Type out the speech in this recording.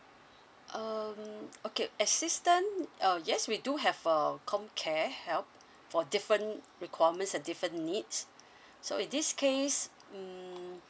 um okay assistant uh yes we do have uh com care help for different requirements different needs so in this case um